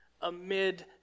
amid